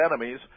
enemies